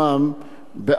לולא האסון,